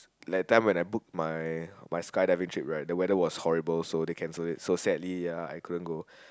that time when I book my my skydiving trip the weather was horrible so they cancel it so sadly I couldn't go